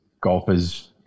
golfers